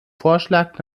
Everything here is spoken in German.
vorschlag